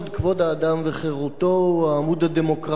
הוא העמוד הדמוקרטי המכונן של המדינה,